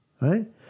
Right